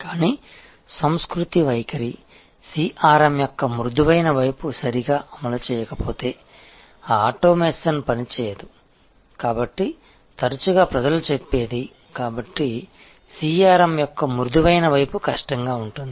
కానీ సంస్కృతి వైఖరి CRM యొక్క మృదువైన వైపు సరిగా అమలు చేయకపోతే ఆ ఆటోమేషన్ పని చేయదు కాబట్టి తరచుగా ప్రజలు చెప్పేది కాబట్టి CRM యొక్క మృదువైన వైపు కష్టంగా ఉంటుంది